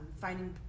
finding